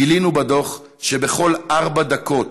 גילינו בדוח שבכל ארבע דקות